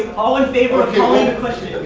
all in favor of calling in the question.